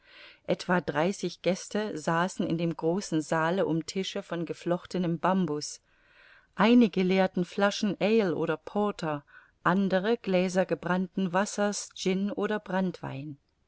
etwa dreißig gäste saßen in dem großen saale um tische von geflochtenem bambus einige leerten flaschen ale oder porter andere gläser gebrannten wassers gin oder